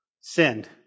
sinned